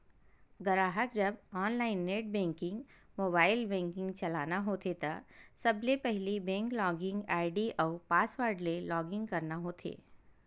गराहक जब online net banking, mobile banking चलाना होथे त सबले पहिली बेंक लॉगिन आईडी अउ पासवर्ड ले लॉगिन करना होथे